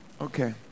Okay